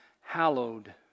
hallowed